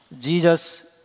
Jesus